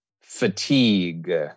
fatigue